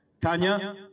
Tanya